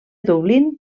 dublín